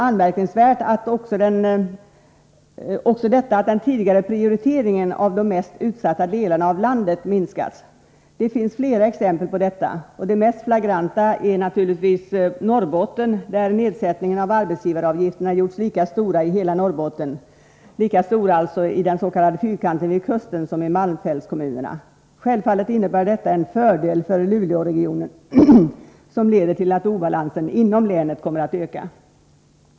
Den tidigare prioriteringen av de mest utsatta delarna av landet minskas, vilket är anmärkningsvärt. Det finns flera exempel på detta. Det mest flagranta är naturligtvis Norrbotten. Nedsättningen av arbetsgivaravgifterna har gjorts lika stor i hela Norrbotten, lika stor i den s.k. fyrkanten vid kusten som i malmfältskommunerna. Självfallet innebär detta en fördel för Luleåregionen, men det leder till att obalansen inom länet kommer att öka.